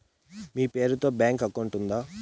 మీ పేరు తో bank account ఉందా?